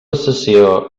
cessió